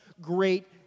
great